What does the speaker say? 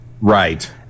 Right